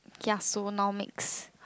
kiasu-nomics